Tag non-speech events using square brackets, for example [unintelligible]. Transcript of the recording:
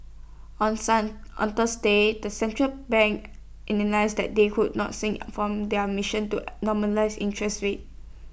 on son on Thursday the central banks [unintelligible] that they could not shirk [noise] from their missions to [noise] normalise interest rates